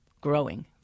growing